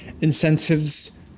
incentives